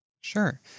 Sure